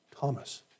Thomas